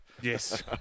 Yes